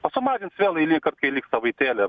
o sumažins vėl eilinį kartą kai liks savaitėlė